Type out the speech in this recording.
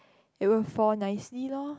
it will fall nicely loh